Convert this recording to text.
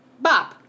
Bop